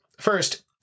First